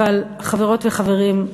אבל, חברות וחברים,